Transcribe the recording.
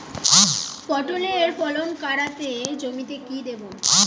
পটলের ফলন কাড়াতে জমিতে কি দেবো?